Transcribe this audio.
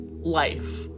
life